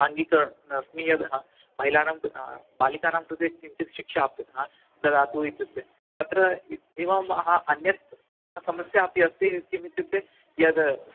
अङ्गीकुर्वन्नस्मि यद् ह महिलानां क् हा बालिकानां कृते काचित् शिक्षापि हा ददातु इत्युक्ते तत्र एवम् आह अन्यत् समयापि अस्ति किम् इत्युक्ते यद्